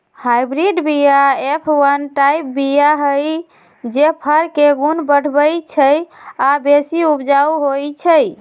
hybrid बीया F one type बीया हई जे फर के गुण बढ़बइ छइ आ बेशी उपजाउ होइ छइ